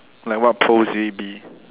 like what pose will it be